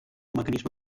mecanisme